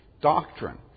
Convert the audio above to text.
doctrine